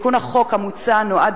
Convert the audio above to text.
תיקון החוק המוצע נועד,